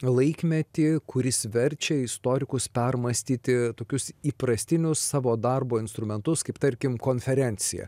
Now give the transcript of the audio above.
laikmetį kuris verčia istorikus permąstyti tokius įprastinius savo darbo instrumentus kaip tarkim konferencija